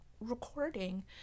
recording